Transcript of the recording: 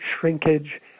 shrinkage